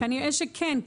כנראה שכן.